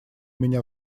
меня